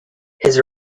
his